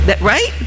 Right